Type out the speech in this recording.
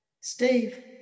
Steve